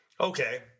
Okay